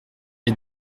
est